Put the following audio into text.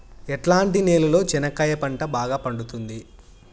ఎట్లాంటి నేలలో చెనక్కాయ పంట బాగా పండుతుంది?